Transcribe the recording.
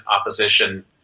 opposition